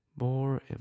more